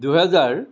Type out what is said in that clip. দুহেজাৰ